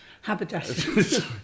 Haberdashers